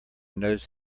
knows